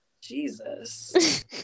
Jesus